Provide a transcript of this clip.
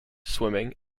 swimming